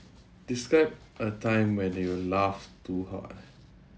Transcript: describe a time when you laughed too hard